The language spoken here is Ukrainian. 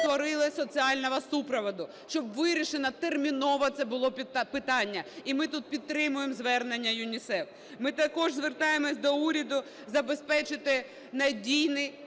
створили соціального супроводу, щоб вирішено терміново це було питання. І ми тут підтримуємо звернення ЮНІСЕФ. Ми також звертаємося до уряду забезпечити надійний,